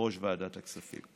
כיושב-ראש ועדת הכספים.